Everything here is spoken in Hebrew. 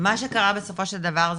מה שקרה בסופו של דבר,